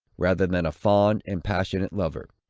rather than a fond and passionate lover.